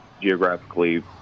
geographically